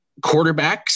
quarterbacks